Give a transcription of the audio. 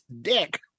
dick